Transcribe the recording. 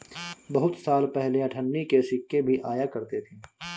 बहुत साल पहले अठन्नी के सिक्के भी आया करते थे